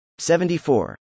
74